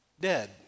dead